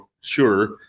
Sure